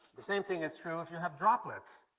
the same thing is true if you have droplets.